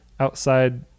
Outside